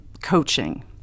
coaching